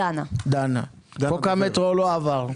חוק המטרו לא עבר.